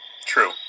True